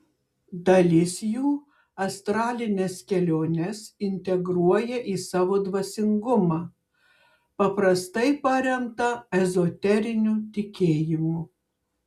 dalis jų astralines keliones integruoja į savo dvasingumą paprastai paremtą ezoteriniu tikėjimu